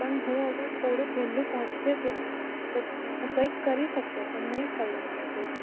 પણ હું હવે થોડુંક વહેલું પહોંચતે ત્યાં તો હું કંઈક કરી શકતે પણ નહીં થયું મારાથી